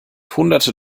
hunderte